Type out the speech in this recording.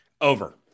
over